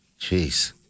Jeez